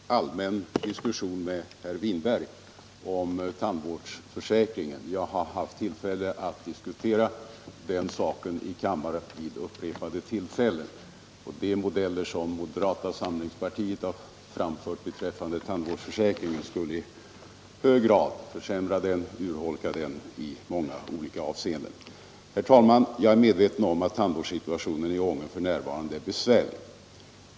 Herr talman! Jag skall här inte gå in i någon allmän diskussion med herr Winberg om tandvårdsförsäkringen. Jag har haft tillfälle att diskutera den frågan här i riksdagen flera gånger. Och de modeller som moderata samlingspartiet har lagt fram rörande tandvårdsförsäkringen skulle i hög grad försämra och urholka den i många olika avseenden. Jag är medveten om att tandvårdssituationen i Ånge f. n. är besvärlig.